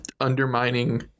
undermining